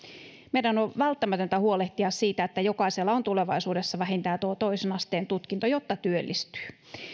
meidän on välttämätöntä huolehtia siitä että jokaisella on tulevaisuudessa vähintään tuo toisen asteen tutkinto jotta työllistyy